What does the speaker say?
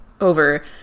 over